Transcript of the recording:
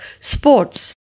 sports